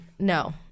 No